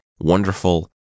wonderful